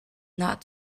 not